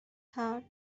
heart